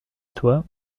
toi